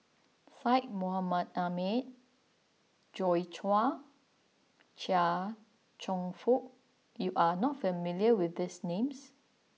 Syed Mohamed Ahmed Joi Chua and Chia Cheong Fook you are not familiar with these names